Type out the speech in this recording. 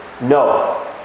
no